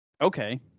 okay